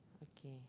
okay